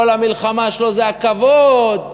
המלחמה שלו זה הכבוד,